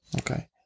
Okay